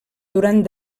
durant